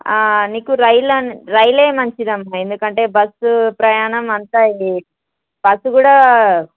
నీకు రైలు అ రైలు మంచిది అమ్మా ఎందుకంటే బస్ ప్రయాణం అంతా ఈ బస్సు కూడా